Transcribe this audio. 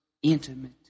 Intimate